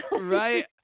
Right